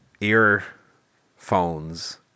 earphones